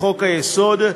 לחוק-היסוד,